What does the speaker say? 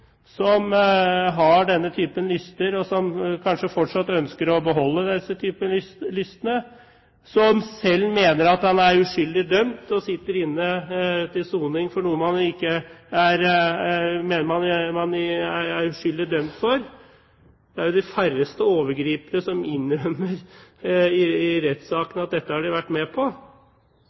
som har denne slags lyster, som kanskje fortsatt ønsker å beholde disse lystene, og som sitter inne til soning for noe han selv mener han er uskyldig dømt for – det er de færreste overgripere som i en rettssak innrømmer at dette er noe de har vært med på